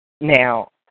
Now